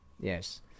yes